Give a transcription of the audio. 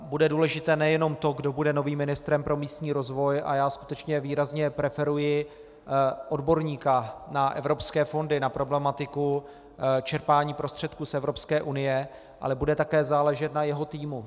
Bude důležité nejenom to, kdo bude novým ministrem pro místní rozvoj, a já skutečně výrazně preferuji odborníka na evropské fondy, na problematiku čerpání prostředků z Evropské unie, ale bude také záležet na jeho týmu.